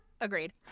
Agreed